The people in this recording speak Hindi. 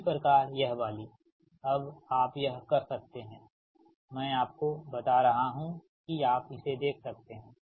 इसी प्रकार यह वाली अब आप यह कर सकते हैं मैं आपको बता रहा हूँ कि आप इसे देख सकते हैं